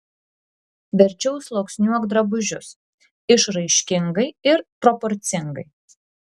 verčiau sluoksniuok drabužius išraiškingai ir proporcingai